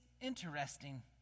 interesting